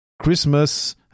Christmas